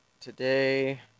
today